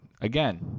Again